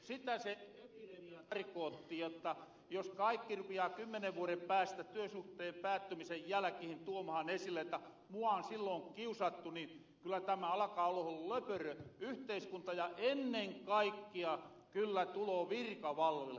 sitä se epidemia tarkootti jotta jos kaikki rupiaa kymmenen vuoden päästä työsuhteen päättymisen jälkehen tuomahan esille jotta mua on silloon kiusattu niin kyllä tämä alakaa olohon löperö yhteiskunta ja ennen kaikkea kyllä tuloo virkavallalle kuulkaa turhaa työtä